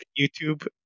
youtube